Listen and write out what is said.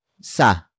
sa